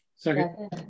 Second